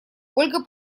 ольга